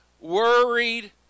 worried